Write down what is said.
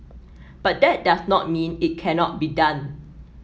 but that does not mean it cannot be done